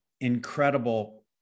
incredible